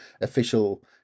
official